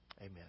Amen